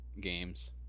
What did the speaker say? games